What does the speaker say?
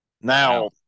Now